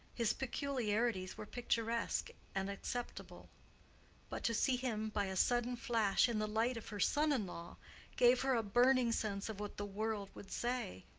his peculiarities were picturesque and acceptable but to see him by a sudden flash in the light of her son-in-law gave her a burning sense of what the world would say.